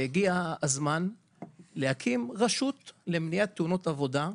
והגיע הזמן להקים רשות למניעת תאונות עבודה.